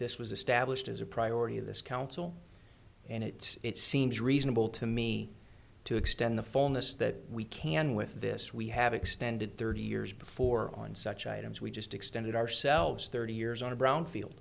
this was established as a priority of this council and it's it seems reasonable to me to extend the fullness that we can with this we have extended thirty years before on such items we just extended ourselves thirty years on a brownfield